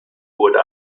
wurde